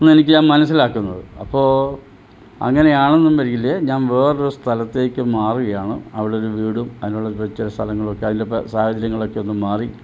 എനിക്ക് ഞാൻ മനസിലാക്കുന്നത് അപ്പോൾ അങ്ങനെ ആണെന്നുണ്ടെങ്കിൽ ഞാൻ വേറെ ഒരു സ്ഥലത്തേക്ക് മാറുകയാണ് അവിടെ ഒരു വീടും അതിനോട് കുറച്ച് സ്ഥലങ്ങളൊക്കെ അതിൽ സാഹചര്യങ്ങളൊക്കെ ഒന്ന് മാറി